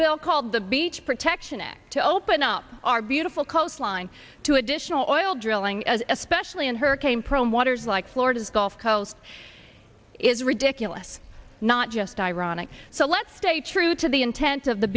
bill called the beach protection act to open up our beautiful coastline to additional oil drilling as especially in hurricane prone waters like florida's gulf coast is ridiculous not just ironic so let's stay true to the intent of the